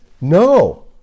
No